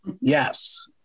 Yes